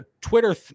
Twitter